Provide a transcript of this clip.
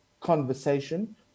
conversation